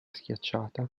schiacciata